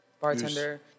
Bartender